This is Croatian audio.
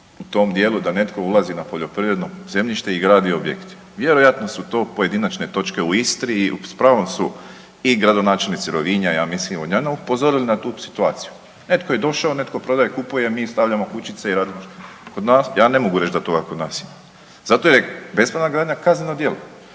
u tom dijelu da netko ulazi na poljoprivredno zemljište i gradi objekt. Vjerojatno su to pojedinačne točke u Istri i s pravom su i gradonačelnici Rovinja ja mislim i Vodnjana upozorili na tu situaciju. Netko je došao, netko prodaje, kupuje, mi stavljamo kućice … kod nas, ja ne mogu reć da toga kod nas ima. Zato je bespravna gradnja kazneno djelo.